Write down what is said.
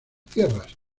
tierras